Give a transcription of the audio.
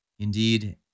Indeed